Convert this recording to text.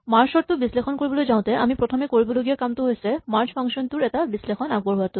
merge sort টো বিশ্লেষণ কৰিবলৈ যাওঁতে আমি প্ৰথমে কৰিবলগীয়া কামটো হৈছে মাৰ্জ ফাংচন টোৰ এটা বিশ্লেষণ আগবঢ়োৱাটো